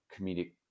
comedic